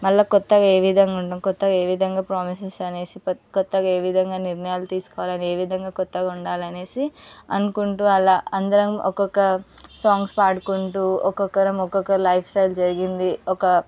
మళ్ళీ కొత్తగా ఏ విధంగా ఉన్నావు కొత్త ఏ విధంగా ప్రామిస్సెస్ అనేసి కొత్తగా ఏ విధంగా నిర్ణయాలు తీసుకోవాలని ఏ విధంగా కొత్తగా ఉండాలని అనేసి అనుకుంటూ అలా అందరం ఒక్కొక్క సాంగ్స్ పాడుకుంటూ ఒక్కొక్కరం ఒక్కొక్క లైఫ్ చేంజ్ జరిగింది ఒక